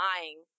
lying